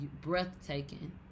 breathtaking